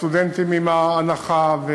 הסטודנטים עם ההנחה,